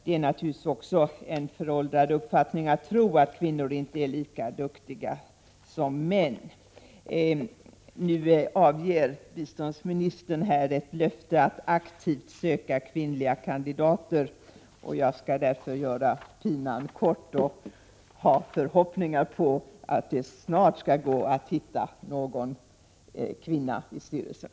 Det är en föråldrad uppfattning att kvinnor inte är lika duktiga som män. Nu avger biståndsministern här ett löfte att aktivt söka kvinnliga kandidater. Jag skall därför göra pinan kort och ha förhoppningar om att det snart skall gå att hitta någon kvinna i styrelsen.